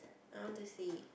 I want to see